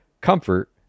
comfort